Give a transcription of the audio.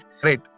great